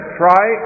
try